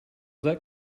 that